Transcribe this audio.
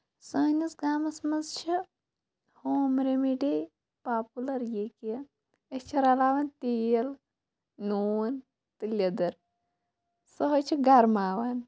سٲنِس گامَس منٛز چھِ ہوم رٮ۪مِڈی پاپُلر یہِ کہِ أسۍ چھِ رَلاوان تیٖل نوٗن تہٕ لیٚدٕر سُہ حظ چھِ گرماوان